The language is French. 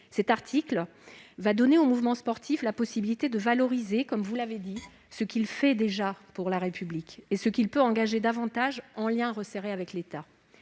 de laïcité. Il donnera au mouvement sportif la possibilité de valoriser, comme vous l'avez dit, ce qu'il fait déjà pour la République et ce qu'il peut faire encore davantage, en lien resserré avec l'État.